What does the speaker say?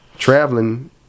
Traveling